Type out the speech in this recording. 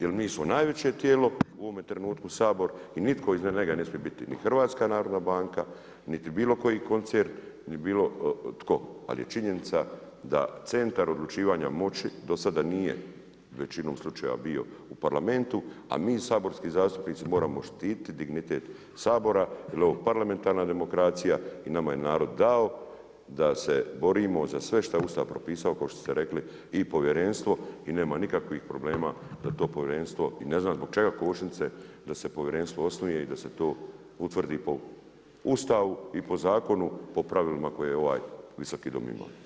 Jer mi smo najveće tijelo, u ovom trenutku Sabor i nitko iznad njega ne smije biti, ni HNB niti bilo koji koncern ni bilo tko, a li je činjenica da centar odlučivanja moći do sada nije većinom slučaja bio u Parlamentu, a mi saborski zastupnici moramo štititi dignitet Sabora jer je ovo parlamentarna demokracija i nama je narod dao da se borimo za sve šta je Ustav propisao kao što ste rekli i povjerenstvo, i nema nikakvih problema da to povjerenstvo i ne znam zbog čega kočnice da se povjerenstvo osnuje i da se to utvrdi po Ustavu i po zakonu i po pravilima koji ovaj Visoki dom ima.